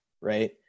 right